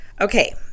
okay